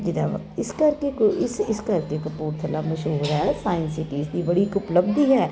ਜਿੱਦਾਂ ਵਾ ਇਸ ਕਰਕੇ ਇਸ ਇਸ ਕਰਕੇ ਕਪੂਰਥਲਾ ਮਸ਼ਹੂਰ ਹੈ ਸਾਇੰਸ ਸੀਟੀ ਇਸ ਦੀ ਇੱਕ ਬੜੀ ਉਪਲਬਧੀ ਹੈ